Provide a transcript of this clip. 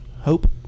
hope